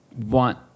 want